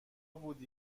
بودی